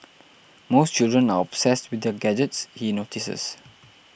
most children are obsessed with their gadgets he notices